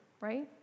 right